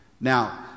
now